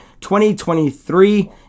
2023